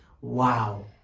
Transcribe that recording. wow